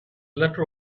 letter